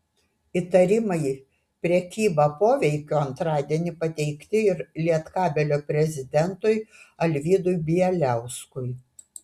įtarimai prekyba poveikiu antradienį pateikti ir lietkabelio prezidentui alvydui bieliauskui